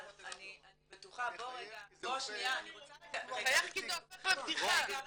אתה מחייך כי זה הופך לבדיחה.